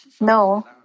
No